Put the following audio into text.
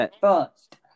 first